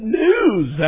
news